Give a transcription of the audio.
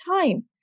time